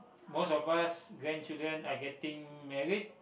most of us grandchildren are getting married